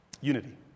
Unity